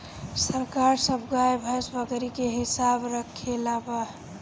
सरकार सब गाय, भैंस, बकरी के हिसाब रक्खले बा